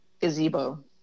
Gazebo